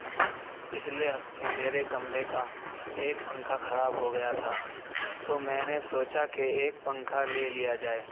پچھلے ہفتے میرے کمرے کا ایک پنکھا خراب ہو گیا تھا تو میں نے سوچا کہ ایک پنکھا لے لیا جائے